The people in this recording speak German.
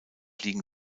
liegen